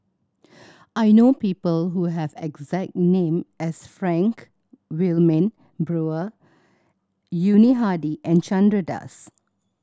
I know people who have exact name as Frank Wilmin Brewer Yuni Hadi and Chandra Das